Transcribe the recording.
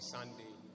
Sunday